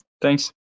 thanks